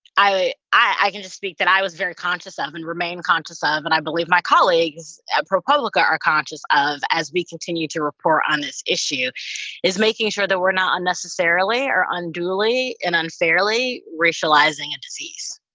i i can just speak that i was very conscious of and remain conscious ah of and i believe my colleagues at propublica are conscious of as we continue to report on this issue is making sure that we're not unnecessarily or unduly and unfairly racializing a and disease,